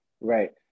Right